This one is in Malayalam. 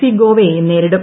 സി ഗോവയെ നേരിടും